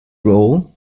role